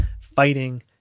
fighting